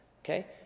okay